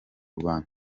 rwanda